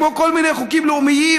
כמו כל מיני חוקים לאומיים,